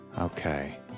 okay